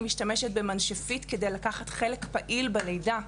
משתמשת במנשפית כדי לקחת חלק פעיל בלידה,